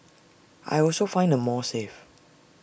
I also find the mall safe